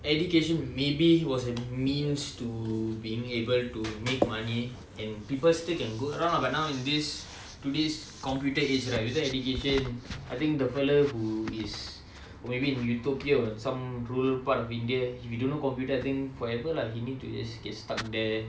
education maybe was a means to being able to make money and people still can go around lah but now in this to this computer age right without education I think the fellow who is maybe in utopia or some rural part of india if you don't know computer I think forever lah he need to just get stuck there